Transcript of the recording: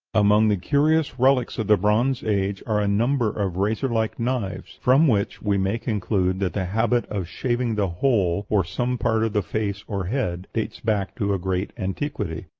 among the curious relics of the bronze age are a number of razor-like knives from which we may conclude that the habit of shaving the whole or some part of the face or head dates back to a great antiquity.